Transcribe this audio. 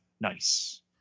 nice